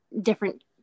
different